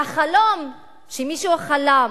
והחלום שמישהו חלם,